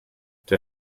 der